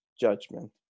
judgment